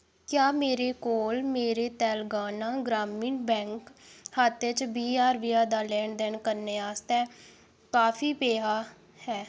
क्या मेरे कोल मेरे तैलंगाना ग्रामीण बैंक खाते च बीह् ज्हार रपेआ दा लैन देन करने आस्तै काफी पेहा है